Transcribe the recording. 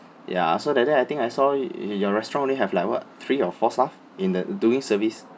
ya so that day I think I saw your restaurant only have like what three or four staff in the doing service